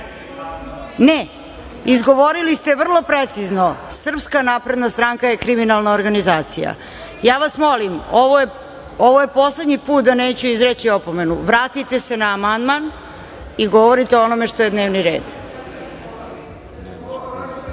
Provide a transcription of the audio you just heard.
Ne izgovorili ste vrlo precizno - Srpska napredna stranka je kriminalna organizacija. Ja vas molim, ovo je poslednji put da neću izreći opomenu, vratite se na amandman i govorite o onome što je na dnevnom